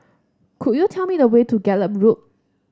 could you tell me the way to Gallop Road